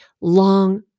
long